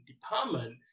department